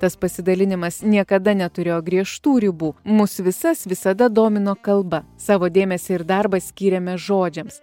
tas pasidalinimas niekada neturėjo griežtų ribų mus visas visada domino kalba savo dėmesį ir darbą skyrėme žodžiams